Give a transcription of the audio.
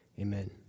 Amen